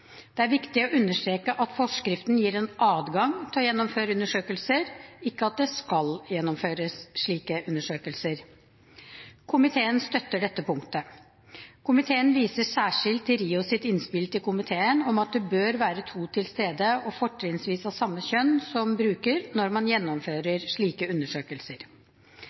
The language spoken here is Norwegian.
Det er viktig å understreke at forskriften gir en adgang til å gjennomføre undersøkelser, ikke at det skal gjennomføres slike undersøkelser. Komiteen støtter dette punktet. Komiteen viser særskilt til RIOs innspill til komiteen om at det bør være to til stede, fortrinnsvis av samme kjønn som bruker, når man gjennomfører slike undersøkelser.